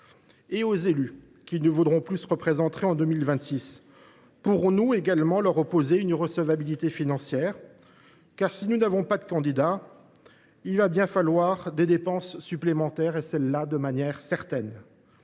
Aux élus qui ne voudront plus se représenter en 2026 pourrons nous également opposer une irrecevabilité financière ? Si nous n’avons pas de candidat, il nous faudra bien assumer des dépenses supplémentaires, et ce de manière certaine